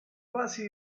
quasi